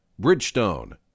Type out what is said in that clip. Bridgestone